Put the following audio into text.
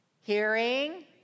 Hearing